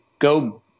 go